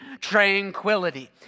tranquility